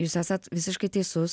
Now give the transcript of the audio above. jūs esat visiškai teisus